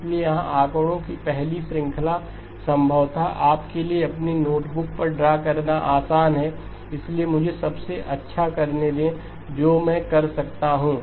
इसलिए यहां आंकड़ों की पहली श्रृंखला संभवत आपके लिए अपनी नोटबुक पर ड्रा करना आसान है लेकिन मुझे सबसे अच्छा करने दें जो मैं कर सकता हूं